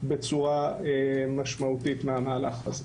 בצורה משמעותית מהמהלך הזה.